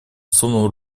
сунул